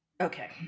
Okay